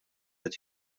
qed